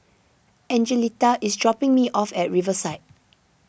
Angelita is dropping me off at Riverside